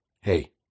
hey